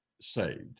saved